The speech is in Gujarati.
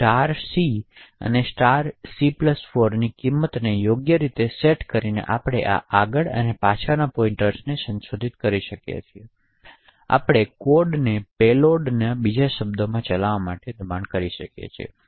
તેથી c અને c4 ની કિંમતોને યોગ્ય રીતે સેટ કરીને આપણે આ આગળ અને પાછળના પોઇંટર્સને સંશોધિત કરી શકીએ છીએ અને આપણે કોડને પેલોડને બીજા શબ્દોમાં ચલાવવા માટે દબાણ કરી શકીએ છીએ